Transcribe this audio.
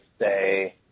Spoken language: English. say